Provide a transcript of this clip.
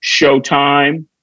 Showtime